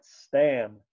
stand